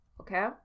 okay